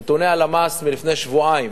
נתוני הלמ"ס מלפני שבועיים